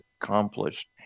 accomplished